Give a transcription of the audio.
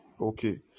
Okay